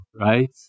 right